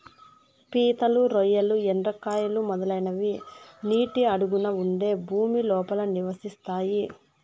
పీతలు, రొయ్యలు, ఎండ్రకాయలు, మొదలైనవి నీటి అడుగున ఉండే భూమి లోపల నివసిస్తాయి